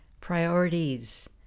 priorities